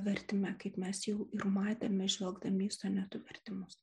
vertime kaip mes jau ir matėme žvelgdami į sonetų vertimus